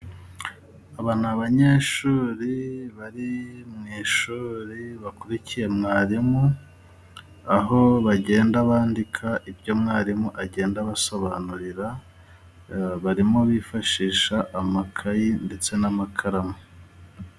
Aba ni abanyeshuri bari mu ishuri bakurikiye mwarimu aho bagenda bandika ibyo mwarimu agenda abasobanurira barimo bifashisha amakayi ndetse n'amakaramu.